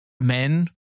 men